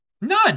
None